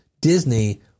Disney